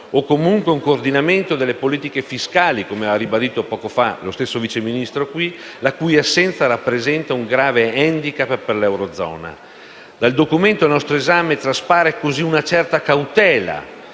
o comunque un coordinamento delle politiche fiscali - come ha ribadito poco fa lo stesso Vice Ministro in questa sede - la cui assenza rappresenta un grave *handicap* per l'eurozona. Dal documento al nostro esame traspare così una certa cautela